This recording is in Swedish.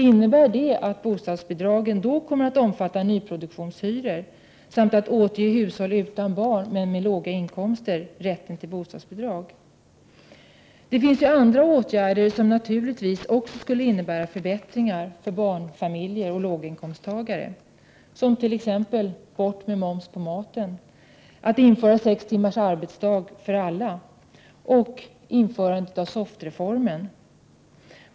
Innebär det att bostadsbidragen då kommer att omfatta nyproduktionshyror samt att man avser att återge hushåll där man inte har barn men där man har låga inkomster rätten till bostadsbidrag? Det finns naturligtvis också andra åtgärder som skulle innebära en förbättring för barnfamiljer och låginkomsttagare — t.ex. slopande av matmomsen, införandet av sex timmars arbetsdag för alla samt införandet av den s.k. SOFT-reformen.